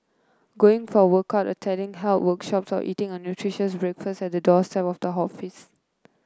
going for a workout attending health workshops or eating a nutritious breakfast at the doorstep of the office